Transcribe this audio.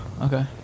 Okay